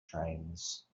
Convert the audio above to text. trains